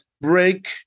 break